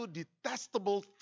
detestable